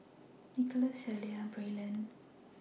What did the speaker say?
Nicholaus Shelia and Braylen